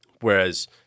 Whereas